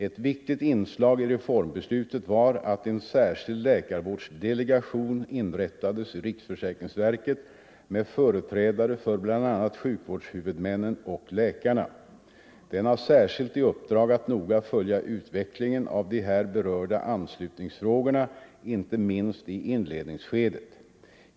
Ett viktigt inslag i reformbeslutet var att en särskild läkarvårdsdelegation inrättades i riksförsäkringsverket med företrädare för bl.a. sjukvårdshuvudmännen och läkarna. Den har särskilt i uppdrag att noga följa utvecklingen av de här berörda anslutningsfrågorna inte minst i inledningsskedet.